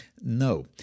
No